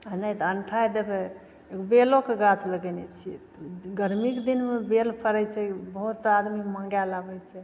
आ नहि तऽ अनठाइ देबै ओ बेलोके गाछ लगेने छियै गर्मीके दिनमे बेल फड़ैत छै ओ बहुत आदमी मँगए लए अबैत छै